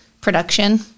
production